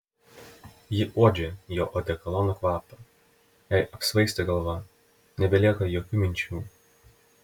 ji uodžia jo odekolono kvapą jai apsvaigsta galva nebelieka jokių minčių